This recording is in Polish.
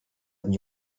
dni